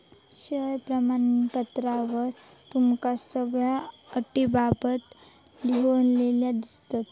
share प्रमाणपत्रावर तुका सगळ्यो अटींबाबत लिव्हलेला दिसात